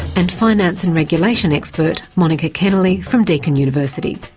and finance and regulation expert, monica keneley from deakin university.